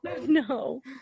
no